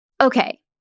Okay